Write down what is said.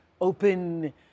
open